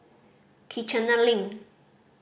Kiichener Link